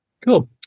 Cool